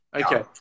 Okay